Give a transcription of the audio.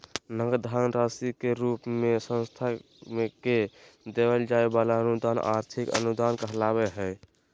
नगद धन राशि के रूप मे संस्था के देवल जाय वला अनुदान आर्थिक अनुदान कहलावय हय